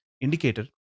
indicator